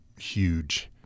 huge